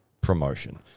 promotion